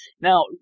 Now